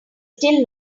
still